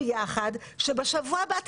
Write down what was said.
באופן --- לא עכשיו, בשבוע הבא.